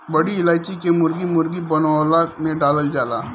बड़ी इलायची के मुर्गा मुर्गी बनवला में डालल जाला